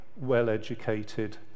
well-educated